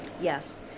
Yes